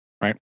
right